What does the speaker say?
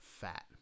fat